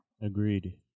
Agreed